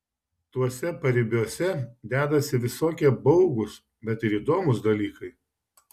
tuose paribiuose dedasi visokie baugūs bet ir įdomūs dalykai